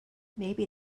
maybe